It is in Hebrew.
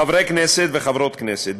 חברי כנסת וחברות כנסת,